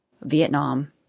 Vietnam